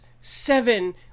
seven